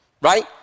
right